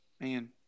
Man